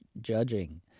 judging